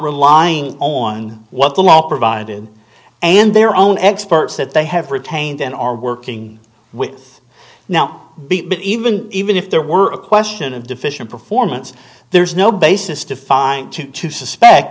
relying on what the law provided and their own experts that they have retained and are working with now be even even if there were a question of deficient performance there is no basis to find two to suspect